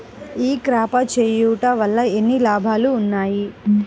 ఈ క్రాప చేయుట వల్ల ఎన్ని లాభాలు ఉన్నాయి?